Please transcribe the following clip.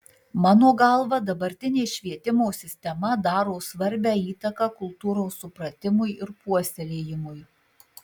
mano galva dabartinė švietimo sistema daro svarbią įtaką kultūros supratimui ir puoselėjimui